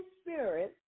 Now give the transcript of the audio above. Spirit